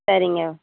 சரிங்க